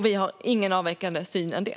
Vi har ingen avvikande syn på det.